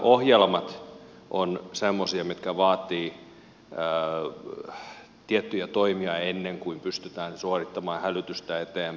siellä ohjelmat ovat semmoisia mitkä vaativat tiettyjä toimia ennen kuin pystytään suorittamaan hälytystä eteenpäin